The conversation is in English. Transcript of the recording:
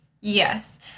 Yes